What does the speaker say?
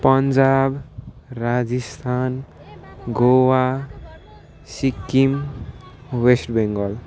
Punjab Rajasthan Goa Sikkim West Bengal